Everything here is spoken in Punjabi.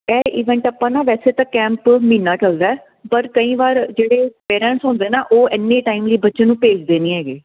ਐਹ ਇਵੈਂਟ ਆਪਾਂ ਨਾ ਵੈਸੇ ਤਾਂ ਕੈਂਪ ਮਹੀਨਾ ਚਲਦਾ ਪਰ ਕਈ ਵਾਰ ਜਿਹੜੇ ਪੇਰੈਂਟਸ ਹੁੰਦੇ ਨਾ ਉਹ ਇੰਨੇ ਟਾਈਮ ਲਈ ਬੱਚੇ ਨੂੰ ਭੇਜਦੇ ਨਹੀਂ ਹੈਗੇ